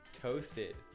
Toasted